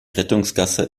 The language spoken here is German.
rettungsgasse